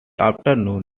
afternoon